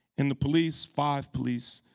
and the police, five police,